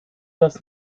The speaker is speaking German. das